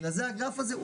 בגלל זה הגרף הזה,